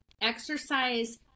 Exercise